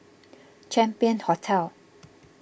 Champion Hotel